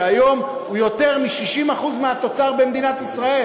שהיום הוא יותר מ-60% מהתוצר במדינת ישראל.